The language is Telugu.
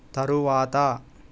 తరువాత